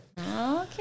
Okay